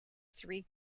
three